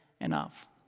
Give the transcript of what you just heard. enough